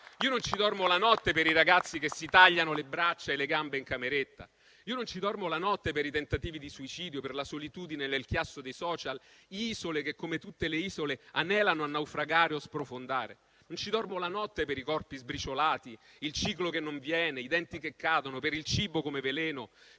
Io non ci dormo la notte per i ragazzi che si tagliano le braccia e le gambe in cameretta. Io non ci dormo la notte per i tentativi di suicidio, per la solitudine nel chiasso dei *social*: isole che, come tutte le isole, anelano a naufragare o sprofondare. Non ci dormo la notte per i corpi sbriciolati, il ciclo che non viene, i denti che cadono; per il cibo come veleno,